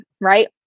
right